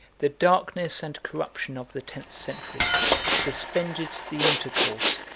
the darkness and corruption of the tenth century suspended the intercourse,